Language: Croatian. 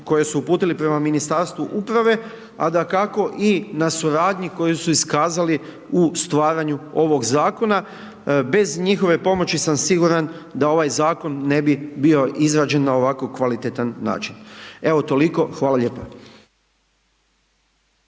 koje su uputili prema Ministarstvu uprave, a dakako i na suradnji koju su iskazali u stvaranju ovog zakona, bez njihove pomoći sam siguran da ovaj zakon ne bi bio izrađen na ovako kvalitetan način. Evo toliko, hvala lijepa.